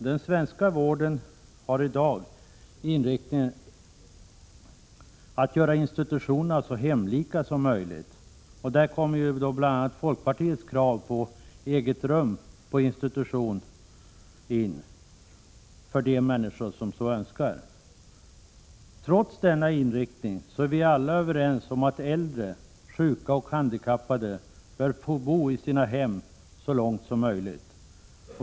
Den svenska vården har i dag inriktningen att göra institutionerna så hemlika som möjligt — här kommer bl.a. folkpartiets krav på att de som så önskar skall få eget rum på institution in i bilden. Trots denna inriktning är vi alla överens om att äldre, sjuka och handikappade bör få bo i sina hem så länge som möjligt.